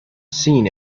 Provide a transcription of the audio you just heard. seen